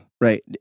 right